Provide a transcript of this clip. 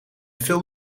veel